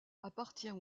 appartient